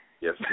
Yes